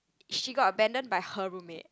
she got abandoned by her roommate